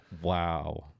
Wow